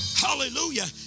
Hallelujah